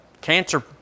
cancer